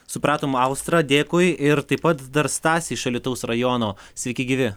supratom austra dėkui ir taip pat dar stasė iš alytaus rajono sveiki gyvi